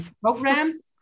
programs